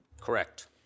Correct